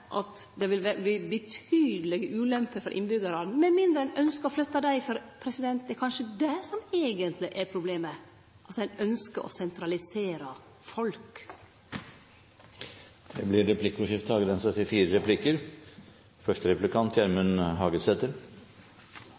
vil verte betydelege ulemper for innbyggjarane – med mindre ein ynskjer å flytte dei. Det er kanskje det som eigentleg er problemet, at ein ynskjer å sentralisere folk. Det blir replikkordskifte.